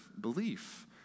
belief